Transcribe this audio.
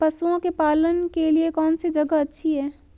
पशुओं के पालन के लिए कौनसी जगह अच्छी है?